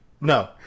no